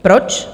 Proč?